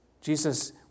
Jesus